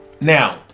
now